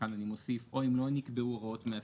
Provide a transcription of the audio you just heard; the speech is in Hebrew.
וכאן אני מוסיף "או אם לא נקבעו הוראות מאסדר".